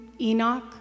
Enoch